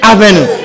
Avenue